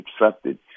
accepted